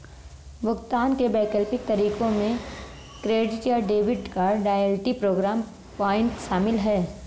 भुगतान के वैकल्पिक तरीकों में क्रेडिट या debit card, loyalty programme point शामिल है